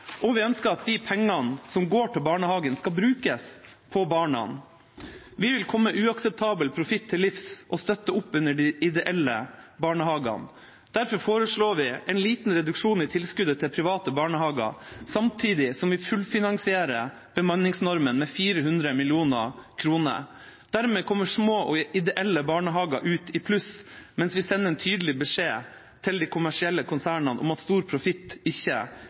Vi ønsker at de pengene som går til barnehagen, skal brukes på barna. Vi vil komme uakseptabel profitt til livs og støtte opp under de ideelle barnehagene. Derfor foreslår vi en liten reduksjon i tilskuddet til private barnehager samtidig som vi fullfinansierer bemanningsnormen med 400 mill. kr. Dermed kommer små og ideelle barnehager ut i pluss, mens vi sender en tydelig beskjed til de kommersielle konsernene om at stor profitt ikke er